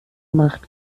macht